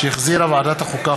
שהחזירה ועדת החוקה,